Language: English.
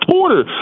Porter